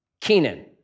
Kenan